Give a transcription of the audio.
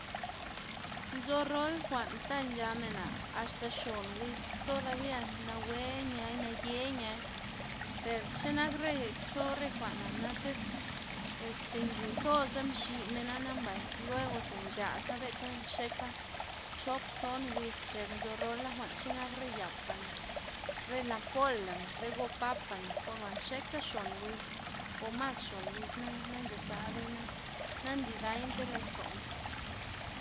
Nzo rol jwa'nta nchamena' axta' xon wiz todavia nawe yaii' nayei'niay, per zenak re cho re jwa'na tiz este nguy toza' mximena'na mbay luego ze nxaza benta nxeka' chop zon wiz, per nzo rola jwa'n chenak re yapana', re la kolana, re go' papa'na' jwa'na nxeka xon wiz o mas xon wiz na nanche zaydei'na nlidey day lozomen.